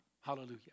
Hallelujah